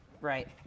Right